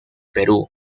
perú